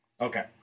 Okay